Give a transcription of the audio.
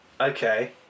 okay